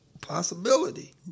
possibility